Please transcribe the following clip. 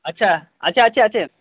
আচ্ছা আছে আছে আছে